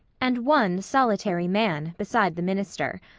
and one solitary man, beside the minister.